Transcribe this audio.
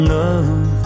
love